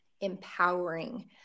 empowering